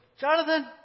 Jonathan